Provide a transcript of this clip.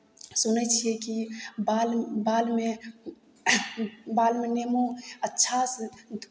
सुनै छियै कि बाल बालमे बालमे नेमो अच्छासँ